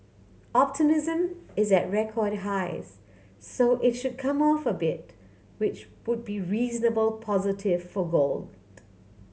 optimism is at record highs so it should come off a bit which would be reasonable positive for gold